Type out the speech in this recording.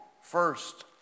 first